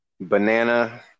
banana